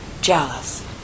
jealous